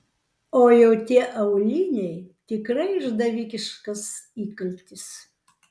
o jau tie auliniai tikrai išdavikiškas įkaltis